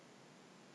ya